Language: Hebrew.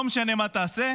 לא משנה מה תעשה,